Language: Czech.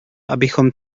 abychom